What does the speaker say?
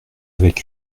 avec